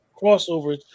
crossover